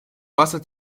wasser